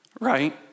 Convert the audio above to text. right